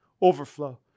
overflow